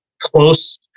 close